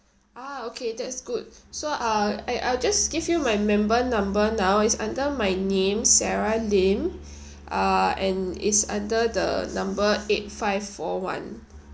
ah okay that's good so uh I I'll just give you my member number now it's under my name sara lim uh and it's under the number eight five four one